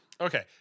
okay